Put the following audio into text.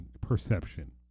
perception